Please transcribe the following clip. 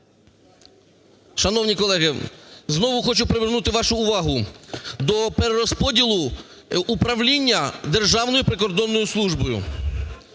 Шановні колеги, знову хочу привернути вашу увагу до перерозподілу управління Державною прикордонною службою.